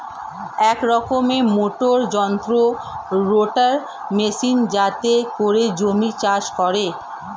এক রকমের মোটর যন্ত্র রোটার মেশিন যাতে করে জমি চাষ করে